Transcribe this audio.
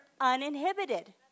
uninhibited